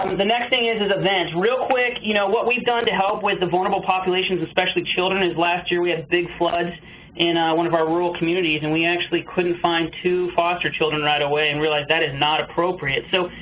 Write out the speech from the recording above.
the next thing is is events. real quick, you know, what we've done to help with the vulnerable populations, especially children, is last year we had big floods in one of our rural communities. and we actually couldn't find two foster children right away and realized that is not appropriate. so,